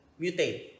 mutate